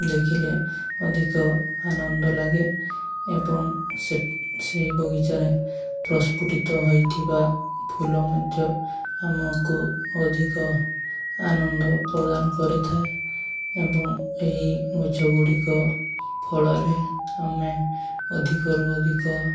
ଦେଖିଲେ ଅଧିକ ଆନନ୍ଦ ଲାଗେ ଏବଂ ସେ ସେଇ ବଗିଚାରେ ପ୍ରସ୍ଫୁଟିତ ହେଇଥିବା ଫୁଲ ମଧ୍ୟ ଆମକୁ ଅଧିକ ଆନନ୍ଦ ପ୍ରଦାନ ହୋଇଥାଏ ଏବଂ ଏହି ଗଛ ଗୁଡ଼ିକ ଫଳରେ ଆମେ ଅଧିକ ରୁ ଅଧିକ